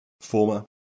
former